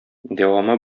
дәвамы